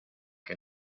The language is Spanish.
que